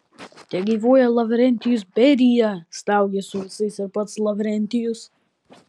tegyvuoja lavrentijus berija staugė su visais ir pats lavrentijus